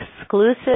exclusive